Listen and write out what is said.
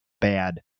bad